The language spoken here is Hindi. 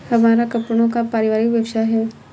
हमारा कपड़ों का पारिवारिक व्यवसाय है